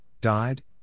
died